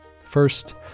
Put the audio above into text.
first